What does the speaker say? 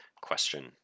question